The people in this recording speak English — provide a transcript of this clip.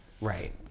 Right